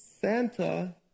Santa